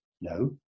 no